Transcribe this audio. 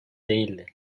değildi